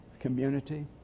community